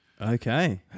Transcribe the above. Okay